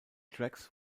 tracks